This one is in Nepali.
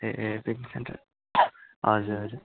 ए ए पिकनिक सेन्टर हजुर हजुर